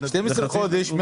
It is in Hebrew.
12 חודשים,